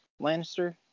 Lannister